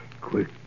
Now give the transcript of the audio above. Quick